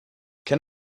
can